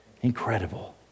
incredible